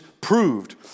proved